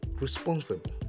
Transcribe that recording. responsible